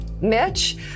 Mitch